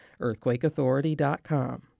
EarthquakeAuthority.com